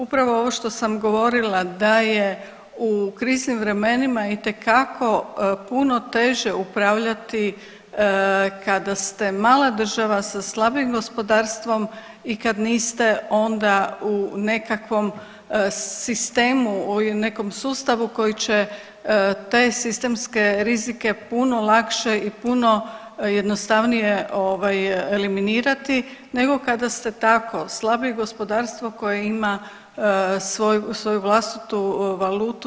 Upravo ovo što sam govorila da je u kriznim vremenima itekako puno teže upravljati kada ste mala država sa slabim gospodarstvom i kad niste onda u nekakvom sistemu, u nekom sustavu koji će te sistemske rizike puno lakše i puno jednostavnije eliminirati, nego kada ste tako slabije gospodarstvo koje ima svoju vlastitu valutu.